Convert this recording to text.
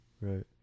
Right